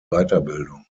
weiterbildung